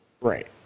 right